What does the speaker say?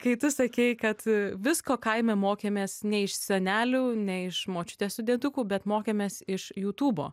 kai tu sakei kad visko kaime mokėmės ne iš senelių ne iš močiutės su dieduku bet mokėmės iš jutubo